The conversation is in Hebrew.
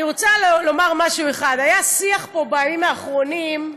אני רוצה לומר משהו אחד: היה שיח פה בימים האחרונים על